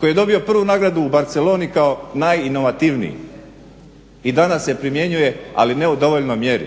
koji je dobio prvu nagradu u Barceloni kao najinovativniji i danas se primjenjuje, ali ne u dovoljnoj mjeri